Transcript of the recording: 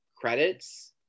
credits